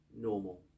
normal